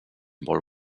molt